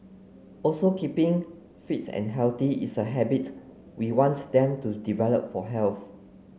also keeping fit and healthy is a habit we want them to develop for